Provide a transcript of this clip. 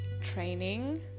training